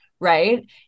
Right